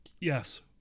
yes